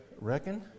Reckon